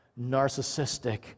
narcissistic